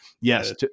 yes